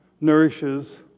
nourishes